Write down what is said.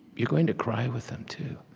you're going to cry with them too.